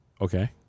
Okay